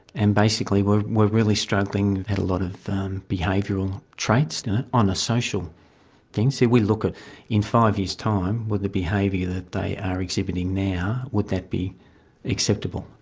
and basically were were really struggling, had a lot of behavioural traits on a social thing. see, we look at in five years' time, with the behaviour that they are exhibiting now, would that be acceptable,